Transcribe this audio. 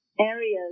Areas